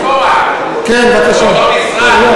זה אותו משרד, כן, בבקשה.